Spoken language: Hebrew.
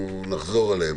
אנחנו נחזור אליהן.